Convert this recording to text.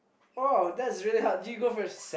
oh that's really hard you go first